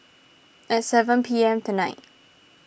at seven P M tonight